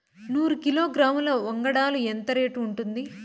నూరు కిలోగ్రాముల వంగడాలు ఎంత రేటు ఉంటుంది?